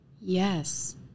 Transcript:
Yes